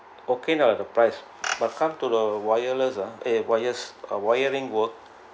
okay ah the price but come to the wireless ah eh wires uh wiring work